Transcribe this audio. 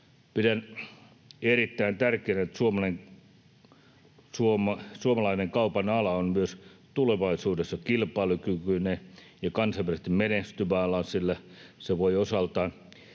Pidän erittäin tärkeänä, että suomalainen kaupan ala on myös tulevaisuudessa kilpailukykyinen ja kansainvälisesti menestyvä ala, sillä se voi osaltaan